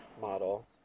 model